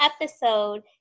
episode